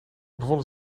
bevonden